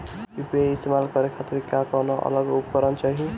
UPI इस्तेमाल करने खातिर क्या कौनो अलग उपकरण चाहीं?